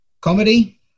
comedy